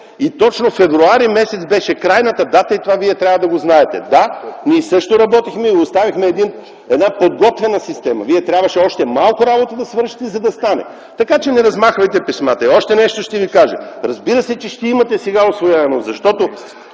И точно февруари месец беше крайната дата, това Вие трябва да го знаете. Да, ние също работихме и Ви оставихме една подготвена система. Вие трябваше да свършите още малко работа, за да стане. Така, че не размахвайте писмата! И още нещо ще ви кажа. Разбира се, че ще имате сега усвояемост, защото